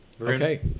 Okay